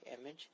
image